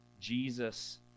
Jesus